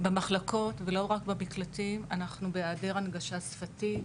במחלקות ולא רק במקלטים אנחנו בהיעדר הנגשה שפתית.